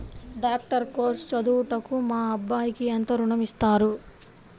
Doctor course చదువుటకు మా అబ్బాయికి ఎంత ఋణం ఇస్తారు?